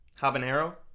Habanero